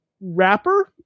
rapper